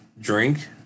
drink